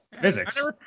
Physics